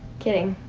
kidding.